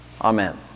Amen